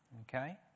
Okay